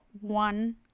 one